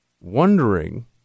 wondering